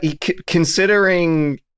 Considering